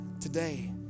today